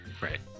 Right